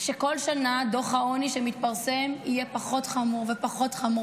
שכל שנה דוח העוני שמתפרסם יהיה פחות חמור ופחות חמור